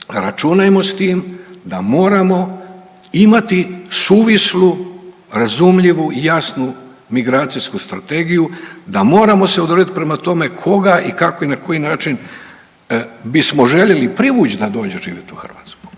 računajmo s tim da moramo imati suvislu, razumljivu i jasnu migracijsku strategiju, da moramo se odrediti prema tome koga i kako i na koji način bismo željeli privući da dođe živjeti u Hrvatsku.